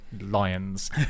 lions